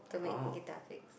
to make guitar picks